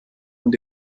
und